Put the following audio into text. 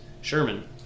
Sherman